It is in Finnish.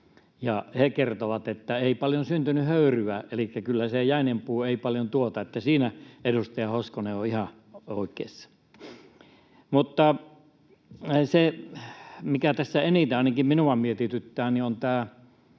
he kertoivat, että ei paljon syntynyt höyryä. Elikkä ei se jäinen puu kyllä paljon tuota, siinä edustaja Hoskonen on ihan oikeassa. Se, mikä tässä eniten ainakin minua mietityttää, on tämä